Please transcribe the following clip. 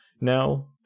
now